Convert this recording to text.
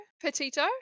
Petito